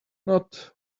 not